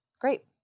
Great